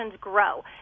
grow